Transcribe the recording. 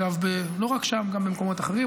אגב, לא רק שם, גם במקומות אחרים.